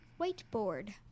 whiteboard